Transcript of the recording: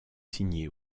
signés